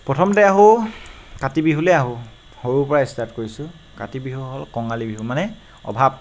প্ৰথমতে আহো কাতি বিহুলৈ আহো সৰু পৰা ষ্টাৰ্ট কৰিছো কাতি বিহু হ'ল কঙালী বিহু মানে অভাৱ